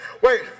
Wait